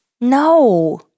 No